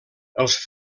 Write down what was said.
els